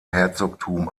herzogtum